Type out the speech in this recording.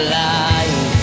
life